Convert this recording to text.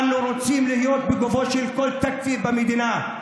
אנו רוצים להיות בגופו של כל תקציב במדינה.